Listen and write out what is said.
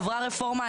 עברה רפורמה,